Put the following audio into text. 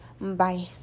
Bye